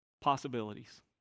possibilities